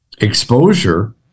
exposure